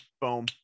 boom